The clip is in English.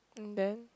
and then